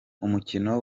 umukino